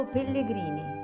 Pellegrini